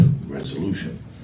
resolution